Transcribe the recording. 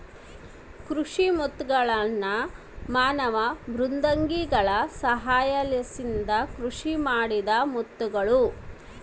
ಕೃಷಿ ಮುತ್ತುಗಳ್ನ ಮಾನವ ಮೃದ್ವಂಗಿಗಳ ಸಹಾಯಲಿಸಿಂದ ಸೃಷ್ಟಿಮಾಡಿದ ಮುತ್ತುಗುಳು